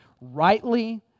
Rightly